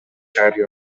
charity